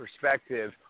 perspective